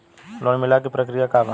Loan मिलेला के प्रक्रिया का बा?